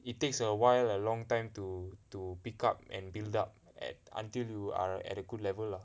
it takes a while a long time to to pick up and build up at until you are at a good level lah